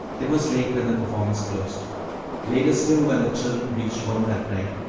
it was late when the performance closed later still when the children reached home that night,